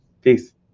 Peace